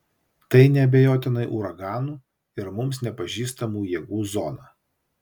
tai neabejotinai uraganų ir mums nepažįstamų jėgų zona